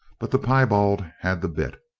but the piebald had the bit.